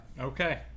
okay